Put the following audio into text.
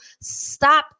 stop